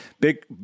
big